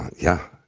yeah.